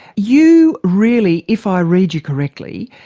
you really, if i read you correctly,